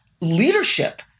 leadership